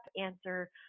answer